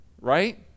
Right